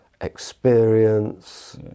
experience